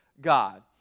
God